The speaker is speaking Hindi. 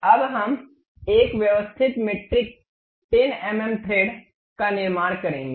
अब हम एक व्यवस्थित मीट्रिक 10 एमएम थ्रेड का निर्माण करेंगे